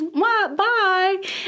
Bye